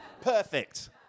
Perfect